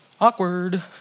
Awkward